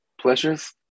pleasures